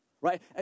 right